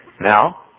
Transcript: Now